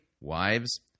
Wives